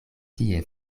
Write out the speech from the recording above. tie